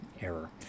error